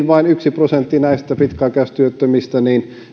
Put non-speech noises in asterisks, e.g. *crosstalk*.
*unintelligible* vain yksi prosentti näistä pitkäaikaistyöttömistä